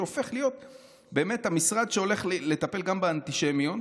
שהופך להיות המשרד שהולך לטפל גם באנטישמיות.